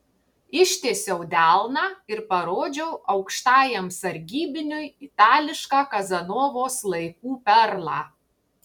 ištiesiau delną ir parodžiau aukštajam sargybiniui itališką kazanovos laikų perlą